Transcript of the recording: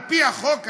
על פי החוק הקיים,